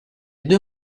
due